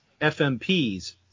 FMPs